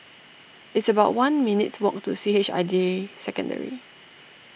it's about one minutes' walk to C H I J Secondary